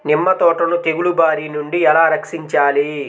నిమ్మ తోటను తెగులు బారి నుండి ఎలా రక్షించాలి?